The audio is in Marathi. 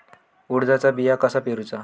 उडदाचा बिया कसा पेरूचा?